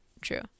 True